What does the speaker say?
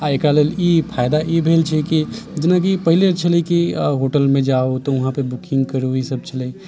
आ एकरा लेल ई फायदा ई भेल छै कि जेनाकि पहले छलै कि होटलमे जाउ तऽ वहाँ पे बुकिङ्ग करू ई सब छलै